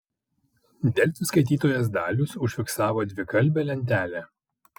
delfi skaitytojas dalius užfiksavo dvikalbę lentelę